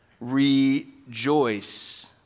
Rejoice